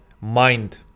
mind